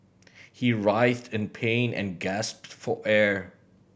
he writhed in pain and gasped for air